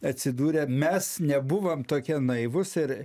atsidūrę mes nebuvom tokie naivūs ir